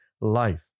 life